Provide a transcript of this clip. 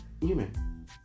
human